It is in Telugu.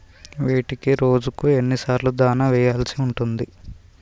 వీటికి రోజుకు ఎన్ని సార్లు దాణా వెయ్యాల్సి ఉంటది?